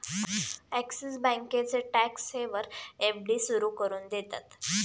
axis बँकेचे tax saver FD सुरू करून देतात